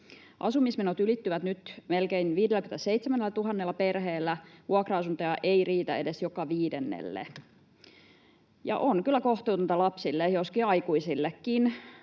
Asumismenot ylittyvät nyt melkein 57 000 perheellä, vuokra-asuntoja ei riitä edes joka viidennelle. Ja on kyllä kohtuutonta lapsille, joskin aikuisillekin,